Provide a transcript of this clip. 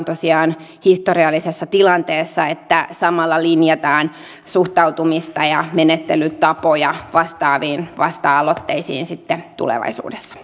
tosiaan historiallisessa tilanteessa että samalla linjataan suhtautumista ja menettelytapoja vastaaviin vasta aloitteisiin sitten tulevaisuudessa